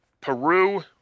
Peru